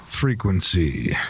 Frequency